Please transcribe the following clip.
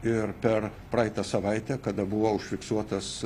ir per praeitą savaitę kada buvo užfiksuotas